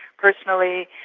personally,